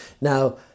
now